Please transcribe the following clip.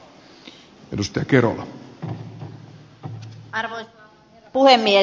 arvoisa herra puhemies